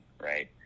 right